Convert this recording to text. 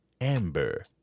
Amber